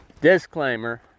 disclaimer